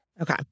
Okay